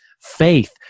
faith